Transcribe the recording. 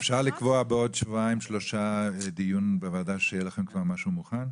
אפשר לקבוע בעוד שבועיים-שלושה דיון בוועדה שיהיה לכם כבר משהו מוכן?